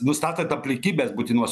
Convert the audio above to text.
nustatant aplinkybes būtinos